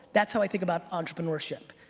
that's how i think about entrepreneurship.